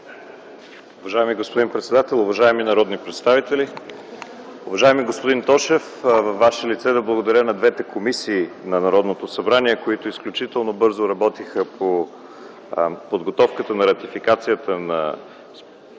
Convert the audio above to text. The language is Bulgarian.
Уважаеми господин председател, уважаеми народни представители! Уважаеми господин Тошев, във Ваше лице искам да благодаря на двете комисии на Народното събрание, които работиха изключително бързо по подготовката на ратифицикацията на